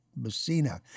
Messina